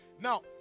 Now